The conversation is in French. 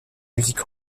music